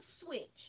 switch